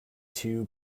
too